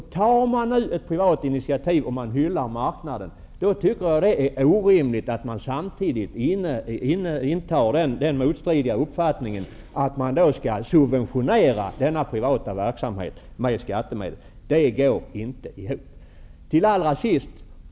Hyllar man marknaden och tar ett privat initiativ är det enligt min mening orimligt att samtidigt inta den motstridiga uppfattningen att denna privata verksamhet skall subventioneras med skattemedel. Det går inte ihop.